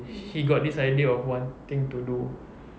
he got this idea of wanting to do